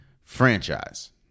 Franchise